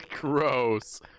Gross